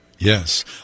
Yes